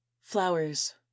Flowers